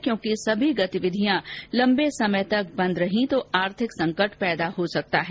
क्योंकि सभी गतिविधियां लंबे समय बंद रहीं तो आर्थिक संकट पैदा हो सकता है